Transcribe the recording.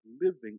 living